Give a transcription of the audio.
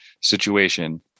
situation